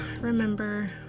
remember